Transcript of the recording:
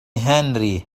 هنري